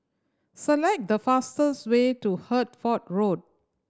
select the fastest way to Hertford Road